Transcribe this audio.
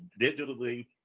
digitally